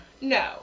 No